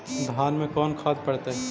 धान मे कोन खाद पड़तै?